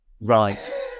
Right